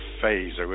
phase